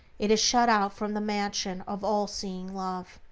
it is shut out from the mansion of all-seeing love.